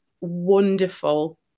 wonderful